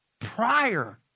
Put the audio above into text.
prior